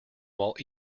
while